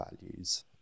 values